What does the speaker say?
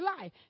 life